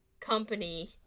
company